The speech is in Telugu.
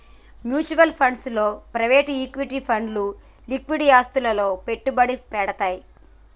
మ్యూచువల్ ఫండ్స్ లో ప్రైవేట్ ఈక్విటీ ఫండ్లు లిక్విడ్ ఆస్తులలో పెట్టుబడి పెడ్తయ్